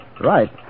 Right